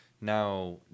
Now